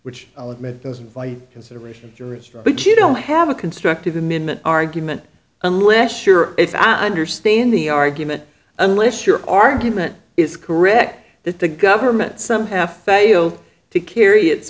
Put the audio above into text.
which i'll admit does invite consideration to restore but you don't have a constructive amendment argument unless sure if i understand the argument unless your argument is correct that the government somehow failed to carry it